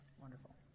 Wonderful